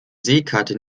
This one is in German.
seekarte